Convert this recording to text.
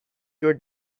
your